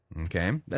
Okay